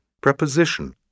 Preposition